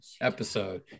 episode